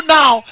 now